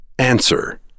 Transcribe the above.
Answer